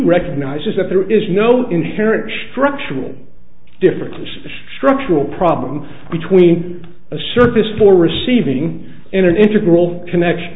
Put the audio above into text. recognizes that there is no inherent structural difference a structural problem between a surface for receiving in an integral connection